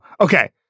Okay